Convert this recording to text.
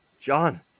John